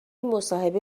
مصاحبه